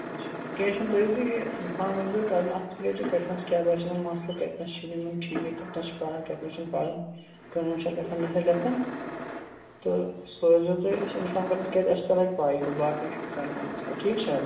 اَچھا کیٚنٛہہ چھُنہٕ تُہۍ ٲسِو یہِ پانہٕ وٕنۍ ٲسۍزیٚو کران اَتھ چھِ کٔتنَس کیٛاہ باسیٚو مَسلہٕ تہٕ کَتنَس چھُو یہِ ٹھیٖک کَتنَس چھُ پَران تہٕ کَتنَس چھُنہٕ پَران کٲم چھا گژھان نہ چھا گژھان تہٕ سُہ ٲسۍزیٚو تُہۍ اَسہِ اِنفارٕم کران تِکیٛازِ اَسہِ تہِ لگہِ پَے ہیٛوٗ باقٕے چھُنہٕ کانٛہہ تہِ مَسلہٕ ٹھیٖک چھَ حظ